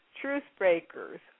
truth-breakers